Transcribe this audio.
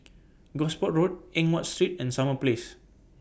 Gosport Road Eng Watt Street and Summer Place